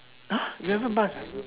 !huh! you haven't pass